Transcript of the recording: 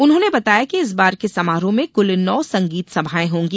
उन्होंने बताया कि इस बार के समारोह में कुल नौ संगीत सभाएं होंगी